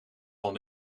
van